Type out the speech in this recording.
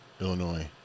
Illinois